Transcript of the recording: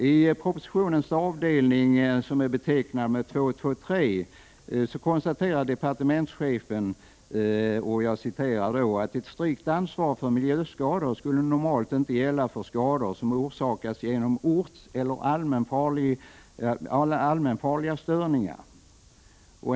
I propositionens avdelning 2.2.3 konstaterar departementschefen att ett strikt ansvar för miljöskador normalt inte skall gälla för ortseller allmänvanliga störningar.